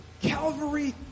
Calvary